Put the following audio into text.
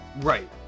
Right